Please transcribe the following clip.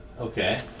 Okay